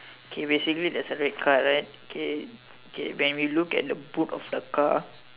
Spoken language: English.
okay basically there is a red car right k k when we look at the boot of the car